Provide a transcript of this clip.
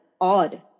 odd